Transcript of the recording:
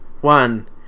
one